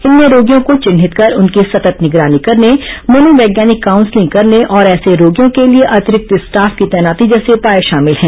इनमें रोगियों को चिन्हित कर उनकी सतत् निगरानी करने मनोवैज्ञानिक काउंसलिंग करने और ऐसे रोगियों के लिए अतिरिक्त स्टॉफ की तैनाती जैसे उपाए शामिल हैं